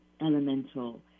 Elemental